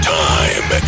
time